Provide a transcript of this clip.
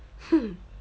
hmm